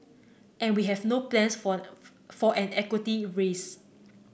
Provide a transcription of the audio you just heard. and we have no plans for for an equity raise